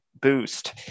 boost